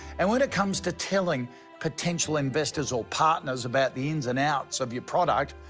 and when it comes to telling potential investors or partners about the ins and outs of your product,